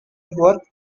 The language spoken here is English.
work